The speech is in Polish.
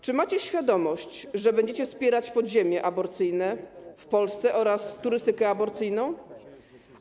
Czy macie świadomość, że będziecie wspierać podziemie aborcyjne w Polsce oraz turystykę aborcyjną?